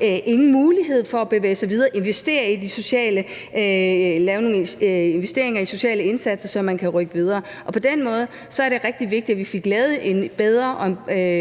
ingen mulighed har for at bevæge sig videre og investere i sociale indsatser, så man kan rykke videre. På den måde er det rigtig vigtigt, at vi har fået lavet en bedre